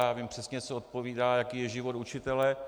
Já vím přesně, co odpovídá, jaký je život učitele.